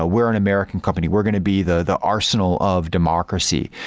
ah we're an american company. we're going to be the arsenal of democracy.